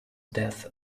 death